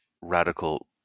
radical